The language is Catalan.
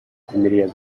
tindria